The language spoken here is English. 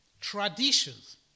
traditions